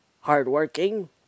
hardworking